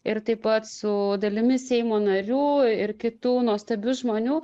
ir taip pat su dalimi seimo narių ir kitų nuostabių žmonių